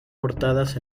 portadas